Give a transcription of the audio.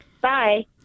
Bye